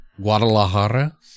guadalajara